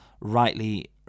rightly